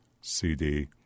CD